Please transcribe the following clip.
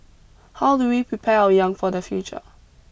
how do we prepare our young for the future